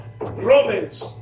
Romans